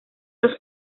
los